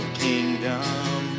kingdom